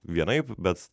vienaip bet